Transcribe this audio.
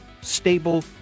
stable